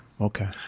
okay